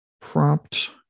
prompt